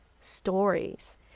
stories